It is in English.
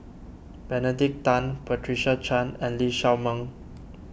Benedict Tan Patricia Chan and Lee Shao Meng